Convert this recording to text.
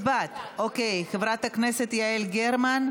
חברי כנסת, 48 מתנגדים,